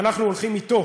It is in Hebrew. אנחנו הולכים אתו.